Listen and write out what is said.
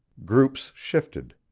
groups shifted,